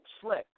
slick